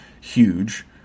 huge